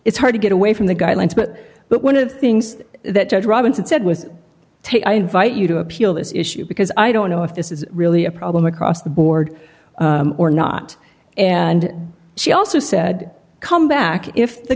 it's hard to get away from the guidelines but but one of things that judge robinson said with take i invite you to appeal this issue because i don't know if this is really a problem across the board or not and she also said come back if the